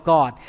God